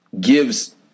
gives